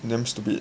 damn stupid